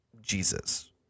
Jesus